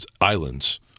Islands